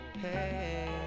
hey